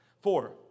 Four